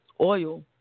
oil